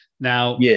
Now